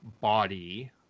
body